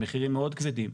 מחירים מאוד כבדים,